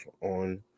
on